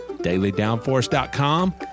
dailydownforce.com